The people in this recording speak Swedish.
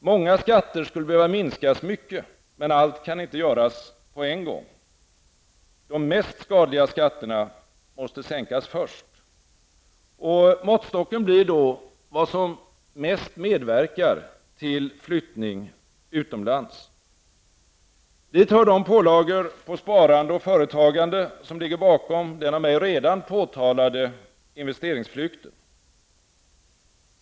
Många skatter skulle behöva minskas mycket. Men allt kan inte göras på en gång. De mest skadliga skatterna måste sänkas först, och måttstocken blir då vad som mest medverkar till flyttning utomlands. Dit hör de pålagor på sparande och företagande, som ligger bakom den av mig redan påtalade investeringsflykten.